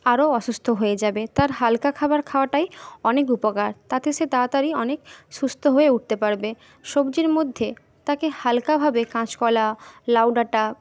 আরও অসুস্থ হয়ে যাবে তার হালকা খাবার খাওয়াটাই অনেক উপকার তাতে সে তাড়াতাড়ি অনেক সুস্থ হয়ে উঠতে পারবে সবজির মধ্যে তাকে হালকাভাবে কাঁচকলা লাউডাঁটা